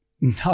no